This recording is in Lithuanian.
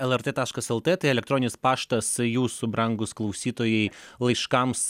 lrt taškas lt tai elektroninis paštas jūsų brangūs klausytojai laiškams